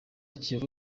kiyovu